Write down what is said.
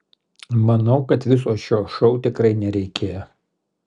manau kad viso šio šou tikrai nereikėjo